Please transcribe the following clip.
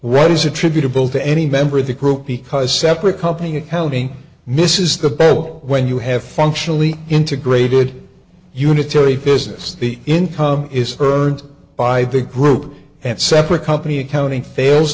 is attributable to any member of the group because separate company accounting miss is the battle when you have functionally integrated unitary business the income is earned by the group and separate company accounting fails